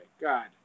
God